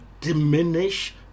diminish